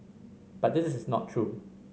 but this is not true